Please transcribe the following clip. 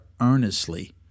earnestly